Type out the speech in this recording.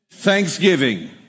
Thanksgiving